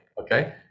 okay